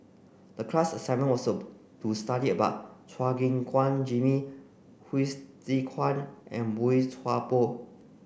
the class assignment was so to study about Chua Gim Guan Jimmy Hsu Tse Kwang and Boey Chuan Poh